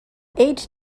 age